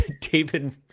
David